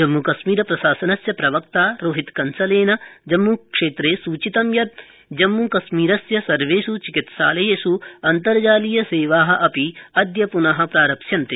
जम्मू कश्मीर प्रशासनस्य प्रवक्त्रा रोहित कंसलेन जम्म् क्षेत्रे सूचितं यत् जम्म् कश्मीरस्य सर्वेष् चिकित्सालयेष् आन्तर्जालीय सेवा अपि अदय प्न प्रारप्स्यन्ते